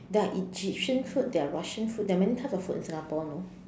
there are Egyptian food there are Russian food there are many types of food in Singapore you know